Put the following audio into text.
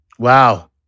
Wow